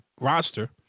roster